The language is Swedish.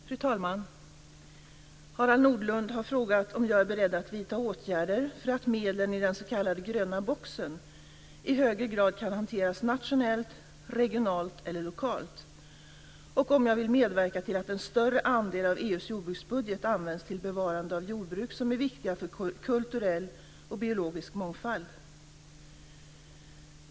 Fru talman! Harald Nordlund har frågat om jag är beredd att vidta åtgärder för att medlen i den s.k. gröna boxen i högre grad ska kunna hanteras nationellt, regionalt eller lokalt och om jag vill medverka till att en större andel av EU:s jordbruksbudget används till bevarande av jordbruk som är viktiga för kulturell och biologisk mångfald.